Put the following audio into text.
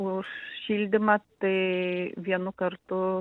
už šildymą tai vienu kartu